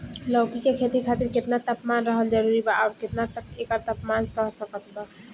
लौकी के खेती खातिर केतना तापमान रहल जरूरी बा आउर केतना तक एकर तापमान सह सकत बा?